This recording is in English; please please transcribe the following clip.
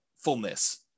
Fullness